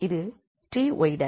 இது 𝑡𝑦′